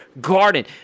Garden